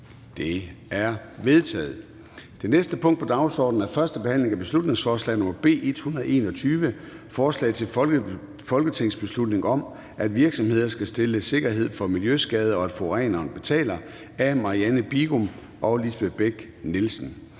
Det er vedtaget. --- Det næste punkt på dagsordenen er: 7) 1. behandling af beslutningsforslag nr. B 121: Forslag til folketingsbeslutning om, at virksomheder skal stille sikkerhed for miljøskade, og at forureneren betaler. Af Marianne Bigum (SF) og Lisbeth Bech-Nielsen